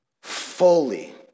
fully